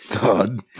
God